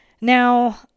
Now